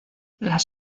las